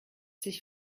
sich